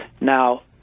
Now